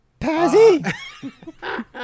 Pazzy